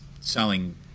selling